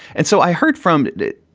and so i heard from it.